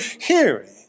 hearing